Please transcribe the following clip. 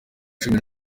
cumi